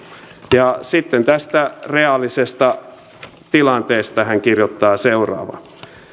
ja sitten tästä reaalisesta tilanteesta hän kirjoittaa seuraavaa